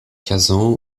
kazan